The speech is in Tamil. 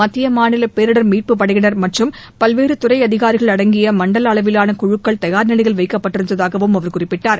மத்திய மாநில பேரிடர் மீட்புப் படையினர் மற்றும் பல்வேறு துறை அதினரிகள் அடங்கிய மண்டல அளவிலான குழுக்கள் தயார் நிலையில் வைக்கப்பட்டிருந்ததாகவும் அவர் குறிப்பிட்டார்